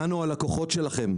אנו הלקוחות שלכם,